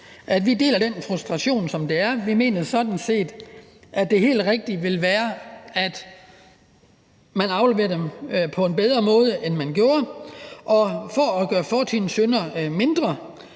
vi deler den frustration, som det er. Vi mener sådan set, at det helt rigtige ville være, at man afleverer dem på en bedre måde, end man gjorde, og for at gøre fortidens synder mindre